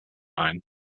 ein